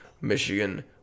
Michigan